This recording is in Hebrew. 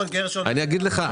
הם העלו את הרמה.